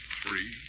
three